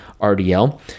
RDL